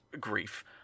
grief